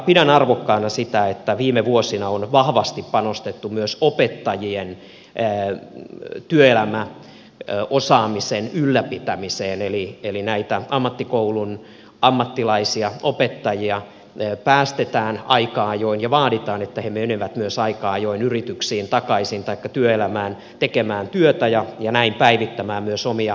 pidän arvokkaana sitä että viime vuosina on vahvasti panostettu myös opettajien työelämäosaamisen ylläpitämiseen eli näitä ammattikoulun ammattilaisia opettajia päästetään aika ajoin ja vaaditaan että he myös menevät aika ajoin työelämään tekemään työtä ja näin päivittämään myös omia taitojaan